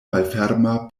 malferma